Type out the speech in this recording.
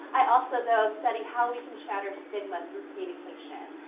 i also, though, study how we can shatter stigma through communication.